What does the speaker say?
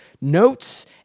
notes